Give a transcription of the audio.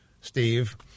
Steve